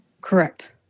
Correct